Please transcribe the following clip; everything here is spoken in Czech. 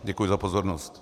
Děkuji za pozornost.